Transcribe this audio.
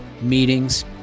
meetings